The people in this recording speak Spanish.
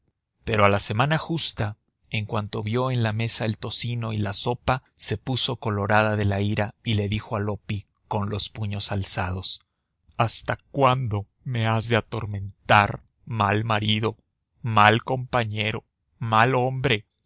pero a la semana justa en cuanto vio en la mesa el tocino y la sopa se puso colorada de la ira y le dijo a loppi con los puños alzados hasta cuándo me has de atormentar mal marido mal compañero mal hombre